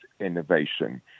innovation